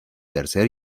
tercer